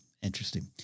Interesting